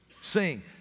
sing